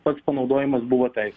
pats panaudojimas buvo teisėtas